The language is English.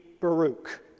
Baruch